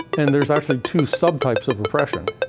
and there's actually two subtypes of repression.